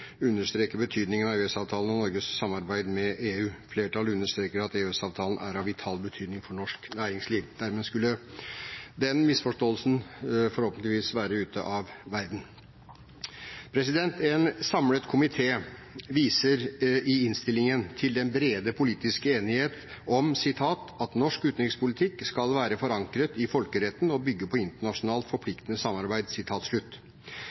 understreker at EØS-avtalen er av vital betydning for norsk næringsliv.» Dermed skulle den misforståelsen forhåpentligvis være ute av verden. En samlet komité viser i innstillingen til den brede politiske enighet om «at norsk utenrikspolitikk skal være forankret i folkeretten og bygge på forpliktende internasjonalt